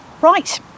Right